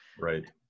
Right